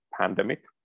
pandemic